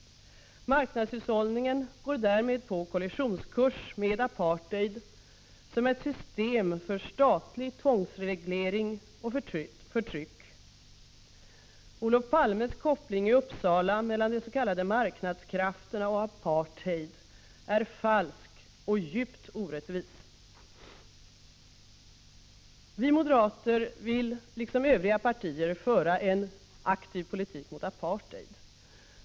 Marknadshushållningen går däremot på kollisionskurs mot apartheid, som är ett system för statlig tvångsreglering och förtryck. Olof Palmes koppling i Uppsala mellan de s.k. marknadskrafterna och apartheid är falsk och djupt orättvis. Vi moderater vill liksom övriga partier föra en aktiv politik mot apartheid.